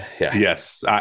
Yes